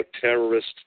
terrorist